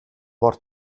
бор